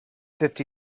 fifty